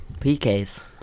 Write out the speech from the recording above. PKs